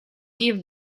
give